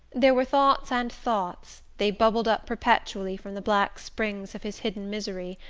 there were thoughts and thoughts they bubbled up perpetually from the black springs of his hidden misery,